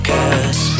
Cause